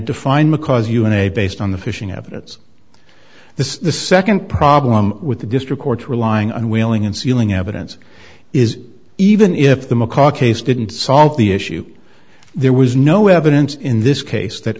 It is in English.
defined macaws una based on the fishing evidence this is the second problem with the district court relying on whaling and sealing evidence is even if the macaw case didn't solve the issue there was no evidence in this case that